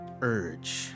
urge